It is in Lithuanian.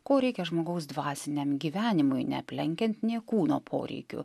ko reikia žmogaus dvasiniam gyvenimui neaplenkiant nė kūno poreikių